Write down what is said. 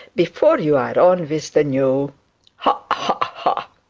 before you are on with the new ha, ha, ha